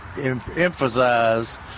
emphasize